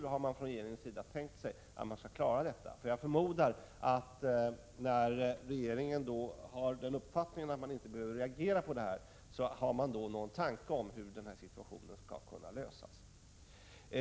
Eftersom regeringen har uppfattningen att den inte behöver reagera, förmodar jag att regeringen har en idé om hur problemen skall lösas i en sådan situation.